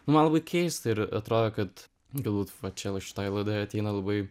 man labai keista ir atrodo kad galbūt va čia va šitoje laidoje ateina labai